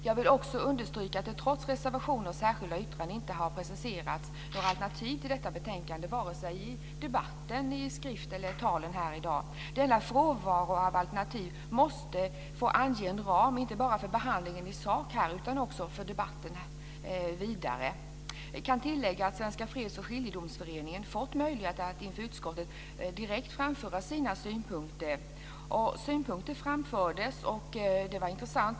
Jag vill också understryka att det trots reservationer och särskilda yttranden inte har preciserats några alternativ till detta betänkande vare sig i debatten i skrift eller i talen här i dag. Denna frånvaro av alternativ måste få bilda en ram inte bara för behandlingen i sak utan också för den vidare debatten. Jag kan tillägga att Svenska freds och skiljedomsföreningen fått möjlighet att inför utskottet direkt framföra sina synpunkter. Synpunkter framfördes, och det var intressant.